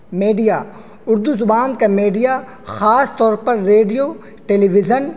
media Urdu زبان کا media خاص طور پر ریڈیو ٹیلی ویژن